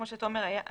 כמו שתומר אמר,